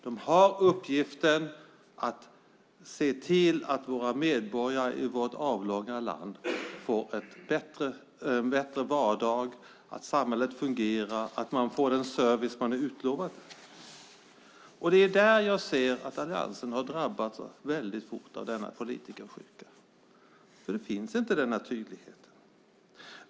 De har uppgiften att se till att medborgarna i vårt avlånga land får en bättre vardag där samhället fungerar och man får den service man är utlovad. Det är där jag ser att Alliansen väldigt fort har drabbats av denna politikersjuka. Det finns nämligen inte den här tydligheten.